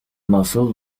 nasıl